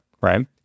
right